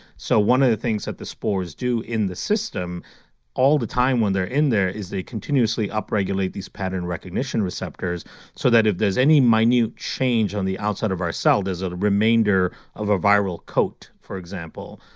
so one of the things that the spores do in the system all the time when they're in there is they continuously upregulate these pattern recognition receptors so that if there's any minute change on the outside of cell, there's a remainder of a viral coat, for example,